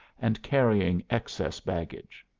and carrying excess baggage.